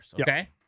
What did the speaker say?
Okay